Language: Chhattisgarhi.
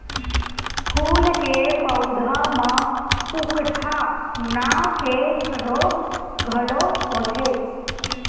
फूल के पउधा म उकठा नांव के रोग घलो होथे